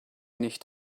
nicht